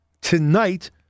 tonight